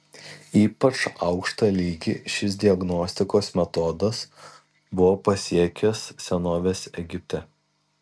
ypač aukštą lygį šis diagnostikos metodas buvo pasiekęs senovės egipte